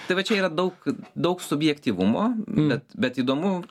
tai va čia yra daug daug subjektyvumo bet bet įdomu